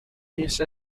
use